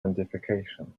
authentication